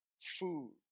food